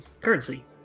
currency